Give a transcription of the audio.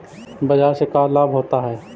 बाजार से का लाभ होता है?